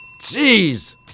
Jeez